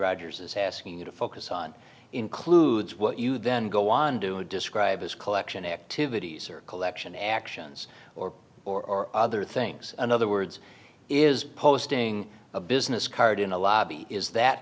rogers is asking you to focus on includes what you then go on do it describe as collection activities or collection actions or or other things in other words is posting a business card in a lobby is that